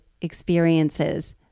experiences